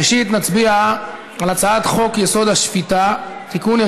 ראשית נצביע על הצעת חוק-יסוד: השפיטה (תיקון,